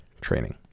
training